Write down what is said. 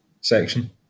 section